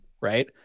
right